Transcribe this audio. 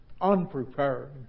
unprepared